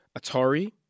Atari